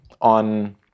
on